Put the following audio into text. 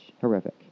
horrific